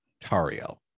Tario